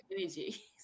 energy